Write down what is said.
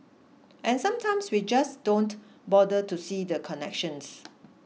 and sometimes we just don't bother to see the connections